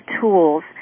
tools